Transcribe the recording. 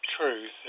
truth